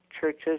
churches